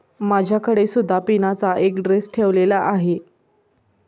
माझ्याकडे सुद्धा पिनाचा एक ड्रेस ठेवलेला आहे